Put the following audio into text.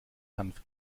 hanf